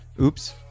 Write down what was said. oops